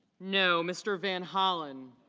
no. mr. van holland